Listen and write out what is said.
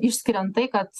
išskiriant tai kad